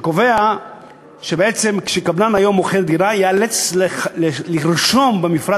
שקובע שבעצם כשקבלן שמוכר דירה ייאלץ לרשום במפרט